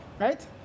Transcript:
right